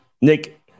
Nick